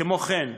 כמו כן,